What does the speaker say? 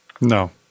No